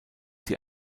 sie